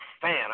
fan